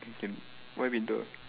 okay why painter